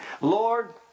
Lord